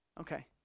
Okay